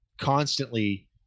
Constantly